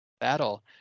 battle